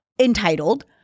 entitled